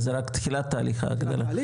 אז זה רק תחילת תהליך ההגדלה,